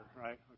right